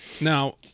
Now